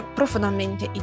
profondamente